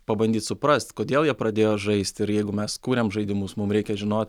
pabandyt suprast kodėl jie pradėjo žaisti ir jeigu mes kuriam žaidimus mums reikia žinot